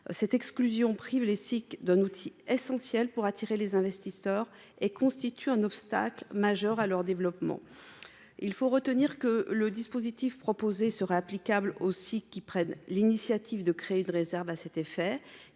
Cette exclusion les prive d’un outil essentiel pour attirer les investisseurs, ce qui constitue un obstacle majeur à leur développement. Retenons que le dispositif proposé sera applicable aux SCIC qui prennent l’initiative de créer une réserve à cet effet.